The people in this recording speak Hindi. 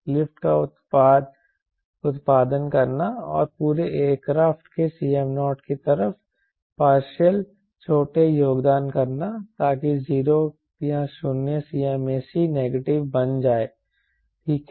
लिफ्ट का उत्पादन करना और पूरे एयरक्राफ्ट के Cm0 की तरफ पार्शियल छोटे योगदान करना ताकि 0 या शून्य Cmac नेगेटिव बन जाए ठीक है